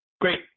Great